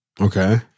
Okay